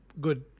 good